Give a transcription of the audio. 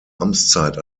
amtszeit